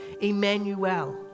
Emmanuel